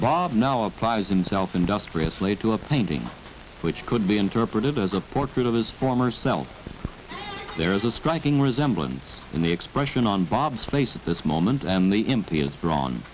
bob now applies himself industriously to a painting which could be interpreted as a portrait of his former self there is a striking resemblance in the expression on bob's face at this moment and the imperials drawn